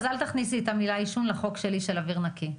אתה בעצם אומר לא להכניס את המילה עישון לחוק של אוויר נקי.